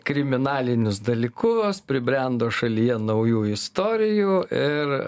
kriminalinius dalykus pribrendo šalyje naujų istorijų ir